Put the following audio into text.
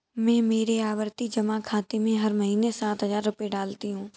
मैं मेरे आवर्ती जमा खाते में हर महीने सात हजार रुपए डालती हूँ